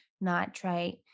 nitrate